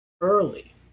early